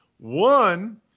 One